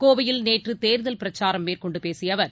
கோவையில் நேற்று தேர்தல் பிரச்சாரம் மேற்கொண்டு பேசிய அவர்